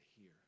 hear